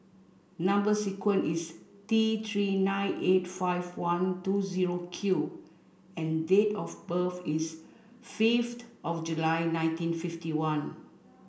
number sequence is T three nine eight five one two zero Q and date of birth is fifth of July nineteen fifty one